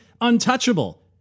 untouchable